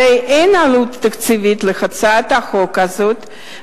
הרי אין עלות תקציבית להצעת החוק הזאת,